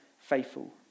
faithful